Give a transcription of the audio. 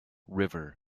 river